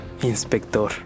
Inspector